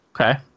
Okay